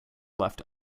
left